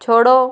छोड़ो